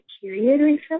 period